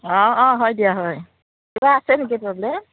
অঁ অঁ হয় দিয়া হয় কিবা আছে নেকি প্ৰব্লেম